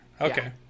okay